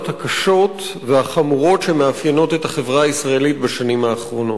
הקשות והחמורות שמאפיינות את החברה הישראלית בשנים האחרונות.